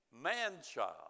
Man-child